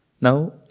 Now